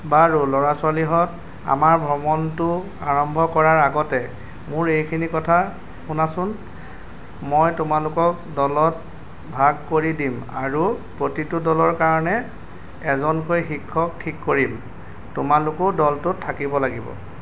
বাৰু ল'ৰা ছোৱালীহঁত আমাৰ ভ্ৰমণটো আৰম্ভ কৰাৰ আগতে মোৰ এইখিনি কথা শুনাচোন মই তোমালোকক দলত ভাগ কৰি দিম আৰু প্ৰতিটো দলৰ কাৰণে এজনকৈ শিক্ষক ঠিক কৰিম তোমালোকো দলটোত থাকিব লাগিব